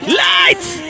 lights